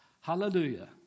Hallelujah